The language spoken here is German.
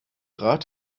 rat